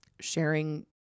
sharing